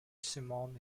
simone